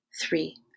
Three